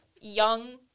young